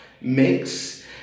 mix